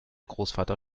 großvater